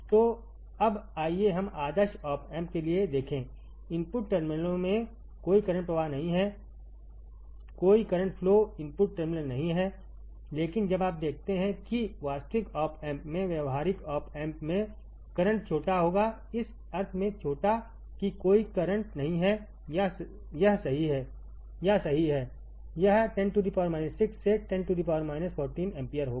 तो अब आइए हम आदर्श ऑप एम्प केलिए देखें इनपुट टर्मिनलों में कोई करंट प्रवाह नहीं कोई करंट फ्लो इनपुट टर्मिनल नहीं है लेकिन जब आप देखते हैं कि वास्तविक ऑप एम्प में व्यावहारिक ऑप एम्प में करंट छोटा होगा इस अर्थ में छोटा कि कोई करंट नहीं है या सही है यह 10 6से 10 14एम्पीयर होगा